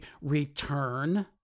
return